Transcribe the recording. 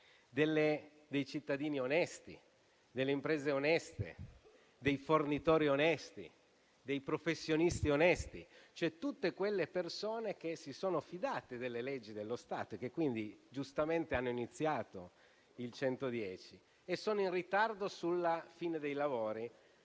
dei cittadini onesti, delle imprese oneste, dei fornitori onesti e dei professionisti onesti, cioè di tutte quelle persone che si sono fidate delle leggi dello Stato e che quindi giustamente hanno iniziato i lavori usufruendo